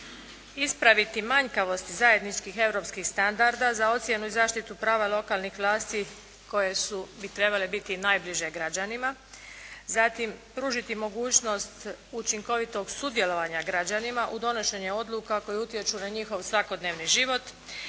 Ispraviti manjkavost zajedničkih europskih standarda za ocjenu i zaštitu prava lokalnih vlasti koje su, bi trebale biti najbliže građanima. Zatim pružiti mogućnost učinkovitog sudjelovanja građanima u donošenje odluka koje utječu na njihov svakodnevni život